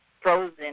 frozen